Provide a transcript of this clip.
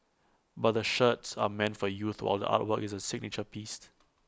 but the shirts are meant for youth while the artwork is A signature piece